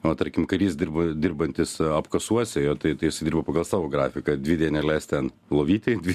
o tarkim karys dirba dirbantis apkasuose jo tai tai jisai dirba pagal savo grafiką dvi dieneles ten lovytėj dvi